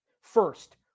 First